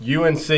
UNC